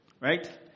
Right